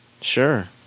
Sure